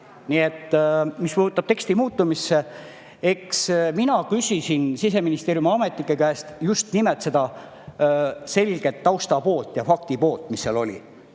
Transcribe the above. Nii et mis puutub teksti muutumisse, siis eks mina küsisin Siseministeeriumi ametnike käest just nimelt seda taustapoolt ja faktipoolt, mis seal oli.